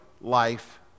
life